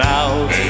out